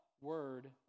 Word